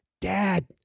Dad